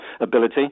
ability